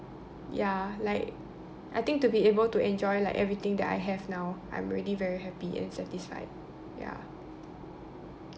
ya like I think to be able to enjoy like everything that I have now I'm already very happy and satisfied ya